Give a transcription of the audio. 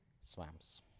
swamps